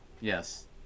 Yes